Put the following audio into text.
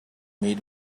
meet